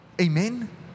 Amen